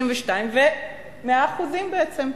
ל-32% ול-100%, בעצם.